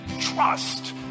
trust